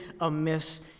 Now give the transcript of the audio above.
amiss